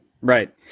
right